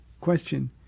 question